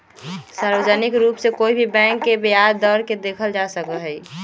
सार्वजनिक रूप से कोई भी बैंक के ब्याज दर के देखल जा सका हई